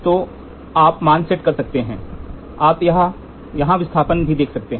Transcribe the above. तो आप मान सेट कर सकते हैं आप यहां विस्थापन भी देख सकते हैं